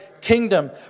kingdom